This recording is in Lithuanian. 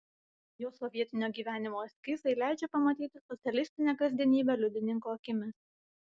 jo sovietinio gyvenimo eskizai leidžia pamatyti socialistinę kasdienybę liudininko akimis